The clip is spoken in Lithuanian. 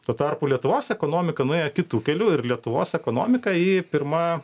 tuo tarpu lietuvos ekonomika nuėjo kitu keliu ir lietuvos ekonomika ji pirma